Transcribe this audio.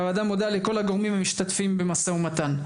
הוועדה מודה לכל הגורמים המשתתפים במשא ומתן.